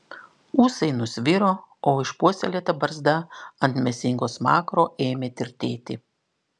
ūsai nusviro o išpuoselėta barzda ant mėsingo smakro ėmė tirtėti